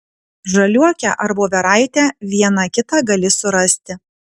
žaliuokę ar voveraitę vieną kitą gali surasti